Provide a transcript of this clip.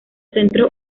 centros